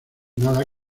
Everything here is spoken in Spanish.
nada